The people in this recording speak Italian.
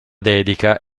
dedica